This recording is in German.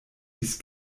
ließ